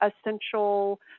essential